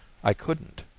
i couldn't.